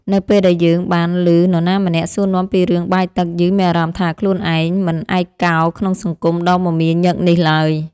នៅពេលដែលយើងបានឮនរណាម្នាក់សួរនាំពីរឿងបាយទឹកយើងមានអារម្មណ៍ថាខ្លួនឯងមិនឯកោក្នុងសង្គមដ៏មមាញឹកនេះឡើយ។